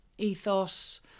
Ethos